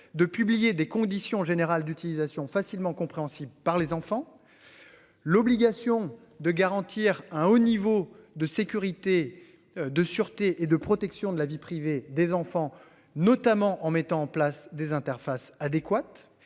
de publier des conditions générales d'utilisation facilement compréhensibles par les enfants. L'obligation de garantir un haut niveau de sécurité. De sûreté et de protection de la vie privée des enfants notamment en mettant en place des interfaces adéquate